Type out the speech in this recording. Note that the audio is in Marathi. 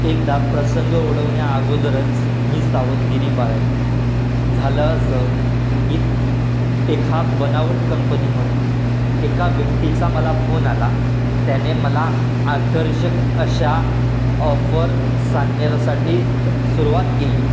एकदा प्रसंग ओढवण्याअगोदरच मी सावधगिरी बाळगली झालं असं की एका बनावट कंपनीमधून एका व्यक्तीचा मला फोन आला त्याने मला आकर्षक अशा ऑफर सांगण्यासाठी त सुरवात केली